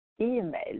email